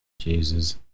Jesus